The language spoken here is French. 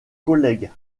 collègues